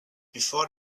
before